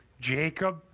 Jacob